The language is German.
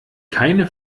keine